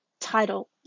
title